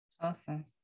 Awesome